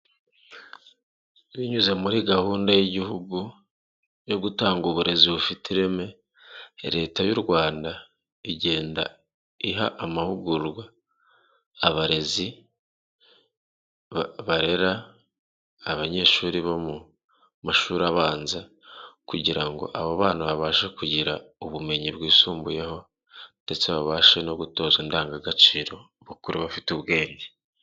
Binyuze muri gahunda y'igihugu yo gutanga uburezi bufite ireme, leta y'u Rwanda igenda iha amahugurwa abarezi barera abanyeshuri bo mu mashuri abanza. Kugira ngo abo bana babashe kugira ubumenyi bwisumbuyeho, ndetse babashe no gutozwa indanga gaciro bakuru bafite ubwenge.